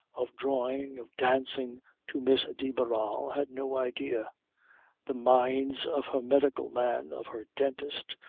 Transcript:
of drawing, of dancing to miss de barral, had no idea the minds of her medical man, of her dentist,